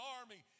army